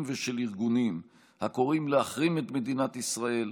ושל ארגונים הקוראים להחרים את מדינת ישראל,